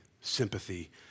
sympathy